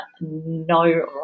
no